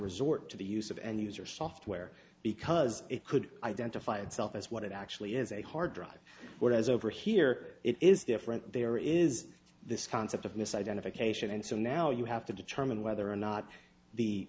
resort to the use of end user software because it could identify itself as what it actually is a hard drive whereas over here it is different there is this concept of misidentification and so now you have to determine whether or not the